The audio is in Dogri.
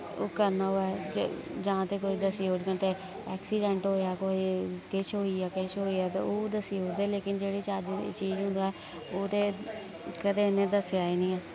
ओह् करना होऐ जे जां ते कोई दस्सी ओड़ङन ते एक्सीडेंट होया कोई किश होइया किश होइया ते ओह् दस्सी ओड़ दे लेकिन जेह्ड़ी चज्ज दी चीज होऐ ओह् ते कदे इ'नै दस्सेआ ही निं ऐ